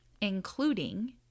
Including